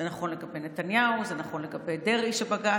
זה נכון לחיילי חובה,